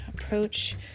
approach